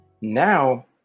now